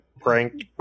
prank